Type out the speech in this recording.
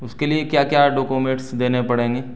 اس کے لیے کیا کیا ڈوکومنٹس دینے پڑیں گے